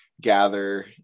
gather